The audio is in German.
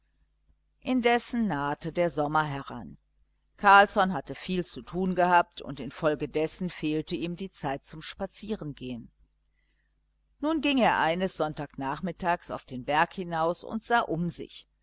indessen nahte der sommer heran carlsson hatte viel zu tun gehabt und infolgedessen fehlte ihm die zeit zum spazierengehen nun ging er eines sonntagnachmittags auf den berg hinaus und sah um sich